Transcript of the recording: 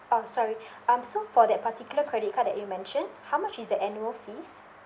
oh sorry um so for that particular credit card that you mentioned how much is the annual fees